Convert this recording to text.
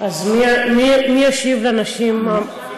אז מי ישיב לנשים, אף אחד.